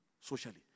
socially